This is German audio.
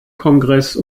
kongress